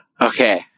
Okay